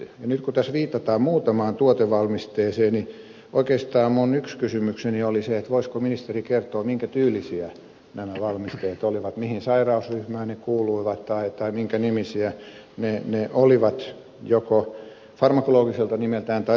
nyt kun tässä viitataan muutamaan tuotevalmisteeseen niin oikeastaan yksi kysymykseni oli se voisiko ministeri kertoa minkä tyylisiä nämä valmisteet olivat mihin sairausryhmään ne kuuluivat tai minkä nimisiä ne olivat joko farmakologiselta nimeltään tai tuotenimeltään